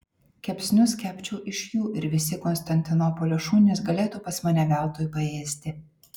kepsnius kepčiau iš jų ir visi konstantinopolio šunys galėtų pas mane veltui paėsti